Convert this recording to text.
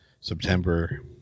September